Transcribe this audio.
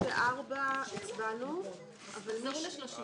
הצבעה בעד,